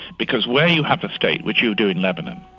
because where you have a state, which you do in lebanon,